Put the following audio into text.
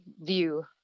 view